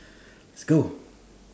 let's go